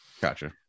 gotcha